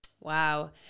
Wow